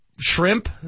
shrimp